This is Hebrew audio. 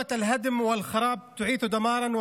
(אומר דברים בשפה הערבית, להלן תרגומם: